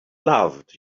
loved